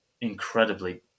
incredibly